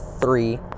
three